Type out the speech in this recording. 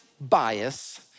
bias